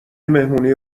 مهمونی